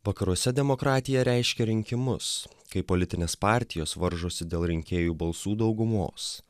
vakaruose demokratija reiškia rinkimus kai politinės partijos varžosi dėl rinkėjų balsų daugumos